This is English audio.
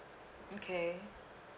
okay